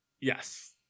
Yes